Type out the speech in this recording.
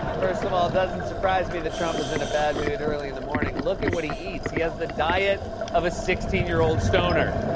first of all, it doesn't surprise me that trump is in a bad mood early in the morning. look at what he eats. he has the diet of a sixteen year old stoner.